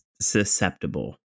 susceptible